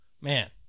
man